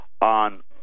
on